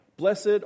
Blessed